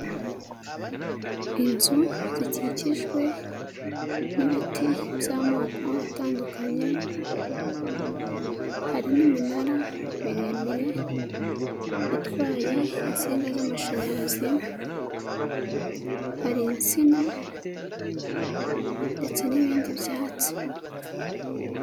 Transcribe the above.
Inzu zikikijwe n'ibiti by'amoko atandukanye hari n'iminara miremire itwaye insinga z'amashanyarazi hari insina ndetse n'ibindi byatsi.